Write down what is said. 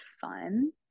fun